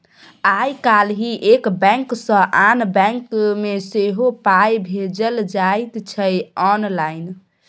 आय काल्हि एक बैंक सँ आन बैंक मे सेहो पाय भेजल जाइत छै आँनलाइन